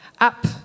up